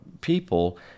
people